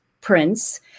Prince